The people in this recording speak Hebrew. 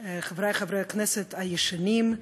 חברי חברי הכנסת הישנים,